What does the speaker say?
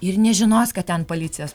ir nežinos kad ten policijos